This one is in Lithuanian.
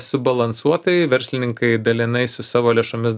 subalansuotai verslininkai dalinai su savo lėšomis